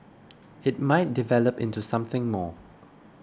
it might develop into something more